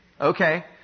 Okay